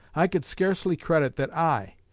i could scarcely credit that i,